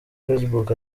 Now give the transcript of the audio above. facebook